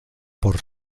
por